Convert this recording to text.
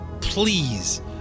please